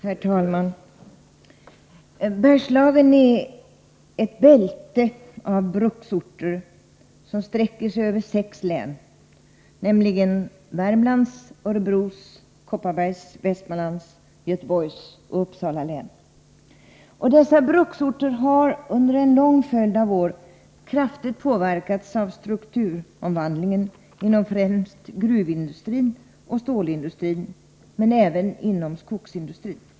Herr talman! Bergslagen är ett bälte av bruksorter som sträcker sig över sex län, nämligen Värmlands, Örebro, Kopparbergs, Västmanlands, Gävleborgs och Uppsala län. Dessa bruksorter har under en lång följd av år kraftigt påverkats av strukturomvandlingen inom främst gruvindustrin och stålindustrin men även inom skogshanteringen.